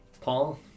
Paul